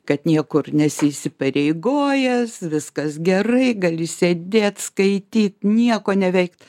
kad niekur nesi įsipareigojęs viskas gerai gali sėdėt skaityt nieko neveikt